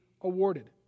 awarded